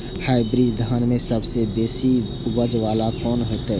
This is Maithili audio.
हाईब्रीड धान में सबसे बेसी उपज बाला कोन हेते?